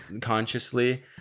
consciously